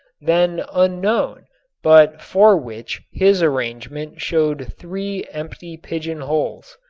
then unknown but for which his arrangement showed three empty pigeon-holes.